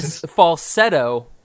falsetto